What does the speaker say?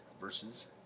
versus